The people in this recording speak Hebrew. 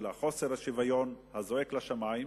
את חוסר השוויון הזועק לשמים,